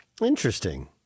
Interesting